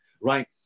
right